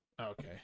Okay